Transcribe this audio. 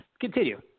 continue